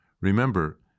Remember